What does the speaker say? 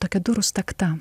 tokia durų stakta